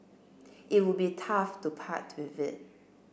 it would be tough to part with it